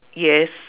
yes